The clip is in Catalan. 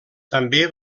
també